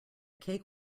cake